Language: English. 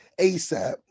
ASAP